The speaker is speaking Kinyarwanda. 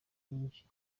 nyinshi